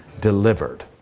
delivered